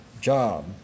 job